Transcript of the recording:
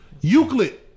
Euclid